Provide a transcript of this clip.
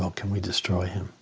well, can we destroy him?